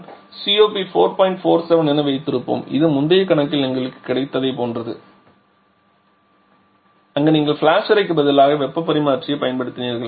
47 என வைத்திருப்போம் இது முந்தைய கணக்கில் எங்களுக்கு கிடைத்ததைப் போன்றது அங்கு நீங்கள் ஃபிளாஷ் அறைக்கு பதிலாக வெப்பப் பரிமாற்றியைப் பயன்படுத்தினீர்கள்